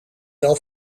wel